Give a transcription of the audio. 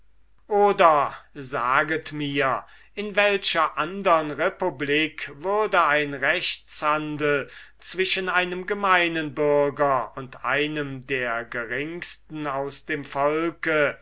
oder saget mir in welcher andern republik würde ein rechtshandel zwischen einem gemeinen bürger und einem der geringsten aus dem volke